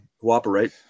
cooperate